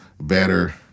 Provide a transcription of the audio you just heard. better